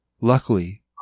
Luckily